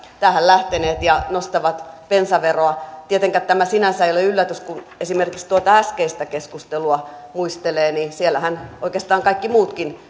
tähän lähteneet ja nostavat bensaveroa tietenkään tämä sinänsä ei ole yllätys kun esimerkiksi tuota äskeistä keskustelua muistelee siellähän oikeastaan kaikki muutkin